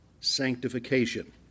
sanctification